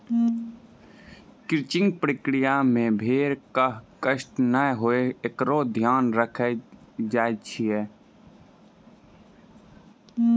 crutching प्रक्रिया मे भेड़ क कष्ट नै हुये एकरो ध्यान रखलो जाय छै